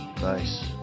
Nice